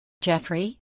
Jeffrey